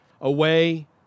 away